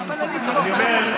אני אומר,